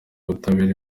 ubutabera